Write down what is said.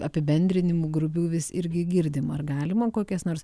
apibendrinimų grubių vis irgi girdim ar galim kokias nors